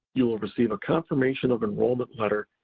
you will receive a confirmation of enrollment letter,